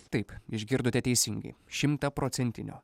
taip išgirdote teisingai šimtaprocentinio